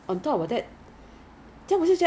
that's why very easy expire two weeks gone